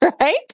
right